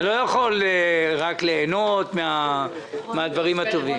אתה לא יכול רק ליהנות מהדברים הטובים.